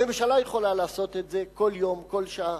הממשלה יכולה לעשות את זה כל יום, כל שעה.